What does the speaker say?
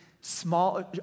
small